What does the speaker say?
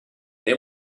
they